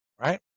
right